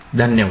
धन्यवाद